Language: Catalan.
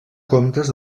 comptes